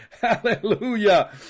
Hallelujah